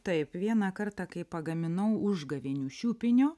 taip vieną kartą kai pagaminau užgavėnių šiupinio